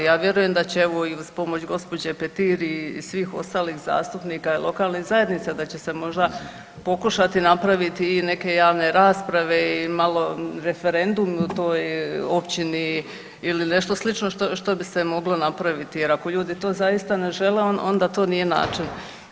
Ja vjerujem da će evo i uz pomoć gđe. Petir i svih ostalih zastupnika i lokalnih zajednica da će se možda pokušati napraviti i neke javne rasprave i malo referendum toj općini ili nešto slično što bi se moglo napraviti jer ako ljudi to zaista ne žele onda to nije način.